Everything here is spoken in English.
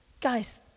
guys